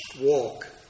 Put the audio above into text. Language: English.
walk